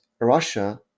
russia